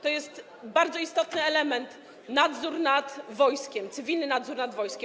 To jest bardzo istotny element - nadzór nad wojskiem, cywilny nadzór nad wojskiem.